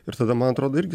ir tada man atrodo irgi